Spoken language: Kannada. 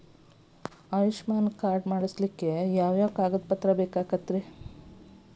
ಆಯುಷ್ಮಾನ್ ಕಾರ್ಡ್ ಮಾಡ್ಸ್ಲಿಕ್ಕೆ ಯಾವ ಯಾವ ಕಾಗದ ಪತ್ರ ಬೇಕಾಗತೈತ್ರಿ?